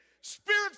spirit